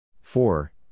four